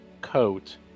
coat